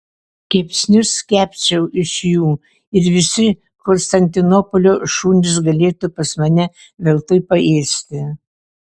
kepsnius kepčiau iš jų ir visi konstantinopolio šunys galėtų pas mane veltui paėsti